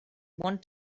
want